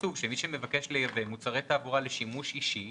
כתוב שמי שמבקש לייבא מוצרי תעבורה לשימוש אישי